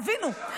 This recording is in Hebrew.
תבינו.